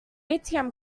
atm